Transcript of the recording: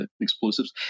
explosives